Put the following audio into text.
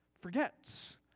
forgets